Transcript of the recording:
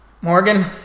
Morgan